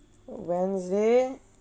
wednesday